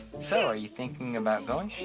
so are you thinking about going?